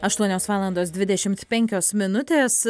aštuonios valandos dvidešimt penkios minutės